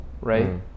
right